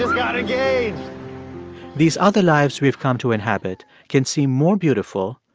got engaged these other lives we've come to inhabit can seem more beautiful,